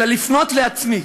אלא לפנות לעצמי